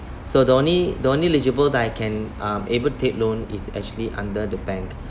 so the only the only eligible that I can uh able take loan is actually under the bank